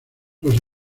los